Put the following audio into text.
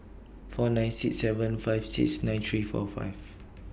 four nine six seven five six nine three four five